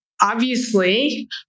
obviously-